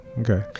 okay